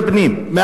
אוקיי.